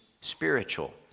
spiritual